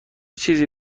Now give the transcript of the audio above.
چیزی